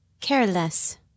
Careless